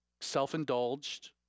self-indulged